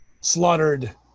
Slaughtered